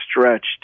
stretched